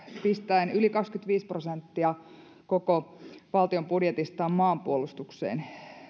pistäen yli kaksikymmentäviisi prosenttia koko valtion budjetistaan maanpuolustukseen